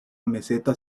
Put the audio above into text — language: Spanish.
meseta